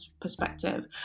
perspective